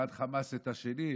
אחד חמס את השני,